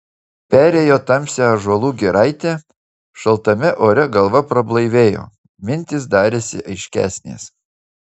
perėjo tamsią ąžuolų giraitę šaltame ore galva prablaivėjo mintys darėsi aiškesnės